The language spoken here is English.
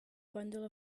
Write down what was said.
bundle